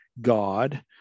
God